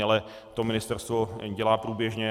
Ale to ministerstvo dělá průběžně.